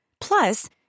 Plus